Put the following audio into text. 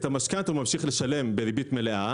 את המשכנתה הוא ממשיך לשלם בריבית מלאה,